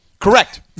Correct